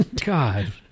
God